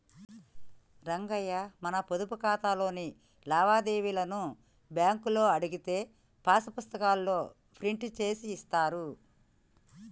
రంగయ్య మన పొదుపు ఖాతాలోని లావాదేవీలను బ్యాంకులో అడిగితే పాస్ పుస్తకాల్లో ప్రింట్ చేసి ఇస్తారు